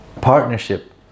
partnership